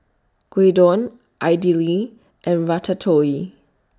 Gyudon Idili and Ratatouille